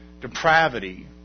depravity